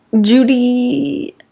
judy